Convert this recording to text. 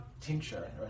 tincture